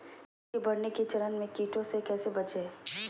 मिर्च के बढ़ने के चरण में कीटों से कैसे बचये?